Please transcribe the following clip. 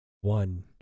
one